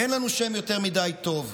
אין לנו שם יותר מדי טוב,